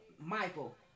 Michael